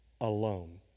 alone